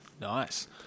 Nice